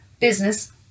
business